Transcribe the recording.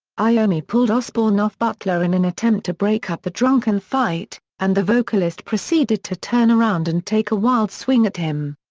iommi pulled osbourne off butler in an attempt to break up the drunken fight, and the vocalist proceeded to turn around and take a wild swing at him.